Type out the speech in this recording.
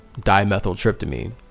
Dimethyltryptamine